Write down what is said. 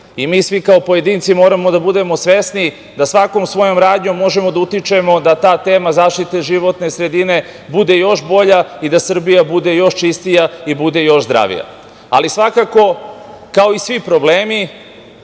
i mi svi kao pojedinci moramo da budemo svesni da svakom svojom radnjom možemo da utičemo da ta tema zaštite životne sredine bude još bolja i da Srbija bude još čistija i bude još zdravija. Svakako kao i svi problemi